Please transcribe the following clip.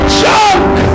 junk